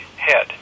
head